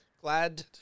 glad